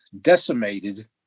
decimated